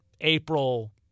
April